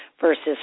versus